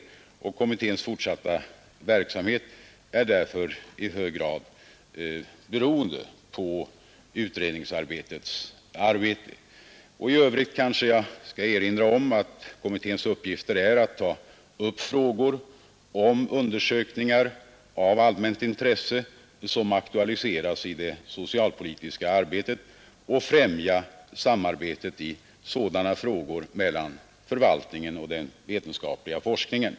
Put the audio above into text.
Kommitténs fortsatta verksamhet är därför i hög grad beroende av utredningsgruppens arbete. I övrigt vill jag erinra om att kommitténs uppgifter är att ta upp frågor om undersökningar av allmänt intresse som aktualiseras i det socialpolitiska arbetet och främja samarbetet i sådana frågor mellan förvaltningen och den vetenskapliga forskningen.